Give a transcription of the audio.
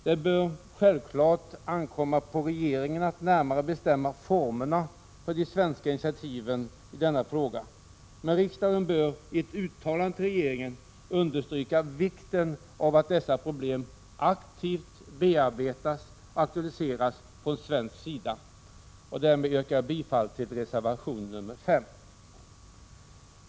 Det bör självfallet ankomma på regeringen att närmare bestämma formerna för de svenska initiativen i denna fråga. Men riksdagen bör i ett uttalande till regeringen 165 understryka vikten av att dessa problem aktivt bearbetas och aktualiseras från svensk sida. Därmed yrkar jag bifall till reservation 5.